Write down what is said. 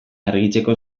argitzeko